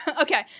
Okay